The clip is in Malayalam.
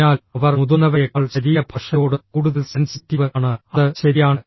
അതിനാൽ അവർ മുതിർന്നവരേക്കാൾ ശരീരഭാഷയോട് കൂടുതൽ സെൻസിറ്റീവ് ആണ് അത് ശരിയാണ്